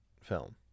film